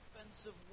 offensive